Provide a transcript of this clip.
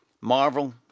Marvel